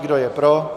Kdo je pro?